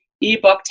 ebook